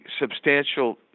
substantial